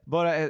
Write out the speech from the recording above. Bara